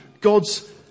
God's